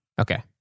Okay